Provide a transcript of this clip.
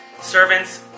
servants